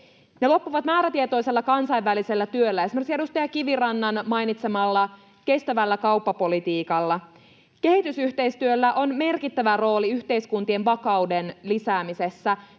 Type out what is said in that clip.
Ne loppuvat määrätietoisella kansainvälisellä työllä, esimerkiksi edustaja Kivirannan mainitsemalla kestävällä kauppapolitiikalla. Kehitysyhteistyöllä on merkittävä rooli yhteiskuntien vakauden lisäämisessä,